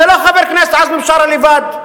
אז חבר כנסת לשעבר עזמי בשארה לא לבד.